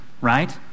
right